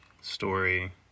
story